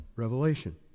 Revelation